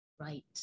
Right